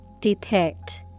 Depict